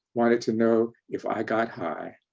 wanted to know if i got high.